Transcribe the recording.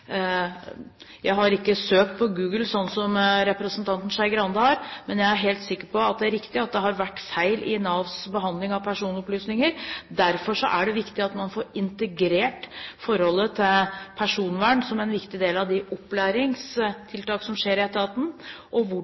ikke søkt på Google, slik representanten Skei Grande har, men jeg er helt sikker på at det er riktig at det har vært feil i Navs behandling av personopplysninger. Derfor er det viktig at man får integrert forholdet til personvern som en viktig del av de opplæringstiltakene man har i etaten, og